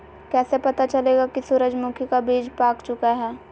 कैसे पता चलेगा की सूरजमुखी का बिज पाक चूका है?